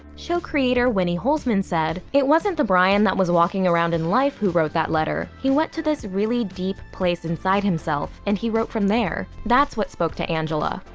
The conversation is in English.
show creator winnie holzman said, it wasn't the brian that was walking around in life who wrote that letter. he went to this really deep place inside himself, and he wrote from there. that's what spoke to angela.